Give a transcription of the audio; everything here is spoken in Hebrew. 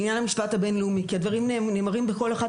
לעניין המשפט הבינלאומי כי הדברים נאמרים בכל אחת